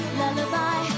lullaby